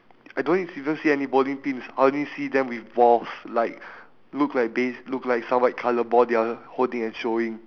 I don't even see any bowling pins I only see them with balls like look like base~ look like some white colour ball they're holding and throwing